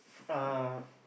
uh